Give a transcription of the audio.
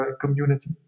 community